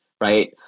right